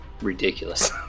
ridiculous